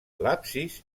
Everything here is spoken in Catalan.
l’absis